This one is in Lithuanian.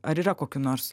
ar yra kokių nors